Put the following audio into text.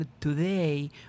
today